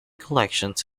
collections